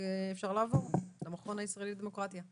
המכון הישראלי לדמוקרטיה.